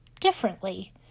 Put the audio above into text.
differently